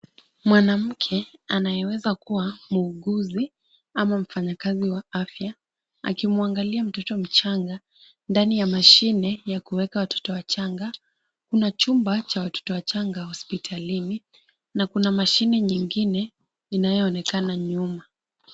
Mwanamke anayeweza kuwa muuguzi ama mfanyikazi wa afya akimwangalia mtoto mchanga, ndani ya mashine ya kuweka watoto wachanga. Kuna chumba cha watoto wachanga hospitalini na kuna mashine nyingine inayoonekana nyuma.